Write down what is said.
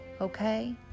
okay